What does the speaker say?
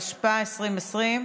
התשפ"א 2020,